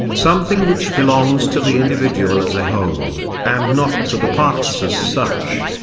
something which belongs to the individual as a whole, and not to the parts as such.